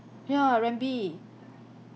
ya rembi